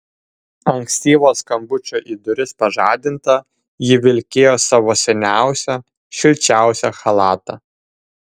ankstyvo skambučio į duris pažadinta ji vilkėjo savo seniausią šilčiausią chalatą